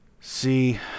See